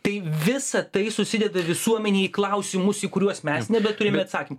tai visa tai susideda visuomenėj klausimus į kuriuos mes nebeturim atsakymų